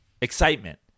excitement